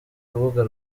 urubuga